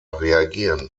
reagieren